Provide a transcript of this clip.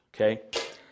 okay